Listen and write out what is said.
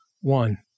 one